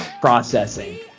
Processing